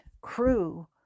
crew